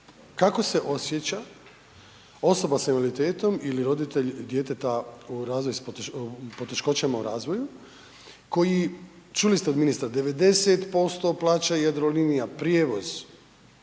kako se osjeća osoba s invaliditetom ili roditelj djeteta u razvoju, s poteškoćama u razvoju koji, čuli ste od ministra 90% plaća Jadrolinija prijevoz